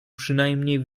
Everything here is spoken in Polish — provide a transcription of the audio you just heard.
przynajmniej